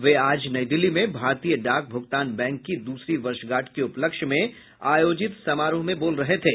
वे आज नई दिल्ली में भारतीय डाक भुगतान बैंक की दूसरी वर्षगांठ के उपलक्ष्य में आयोजित समारोह में बोल रहे थे